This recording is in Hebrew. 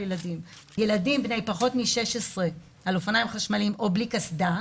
ילדים ילדים בני פחות מ-16 על אופניים חשמליים או בלי קסדה,